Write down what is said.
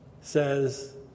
says